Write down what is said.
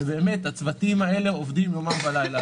הצוותים האלה עובדים באמת יומם ולילה.